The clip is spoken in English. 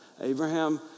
Abraham